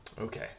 Okay